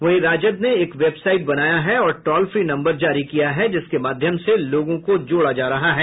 वहीं राजद ने एक वेबासाइट बनाया है और टॉल फ्री नम्बर जारी किया है जिसके माध्यम से लोगों को जोड़ा जा रहा है